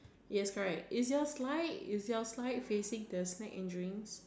yes correct is your slide is your slide facing the snacks and drinks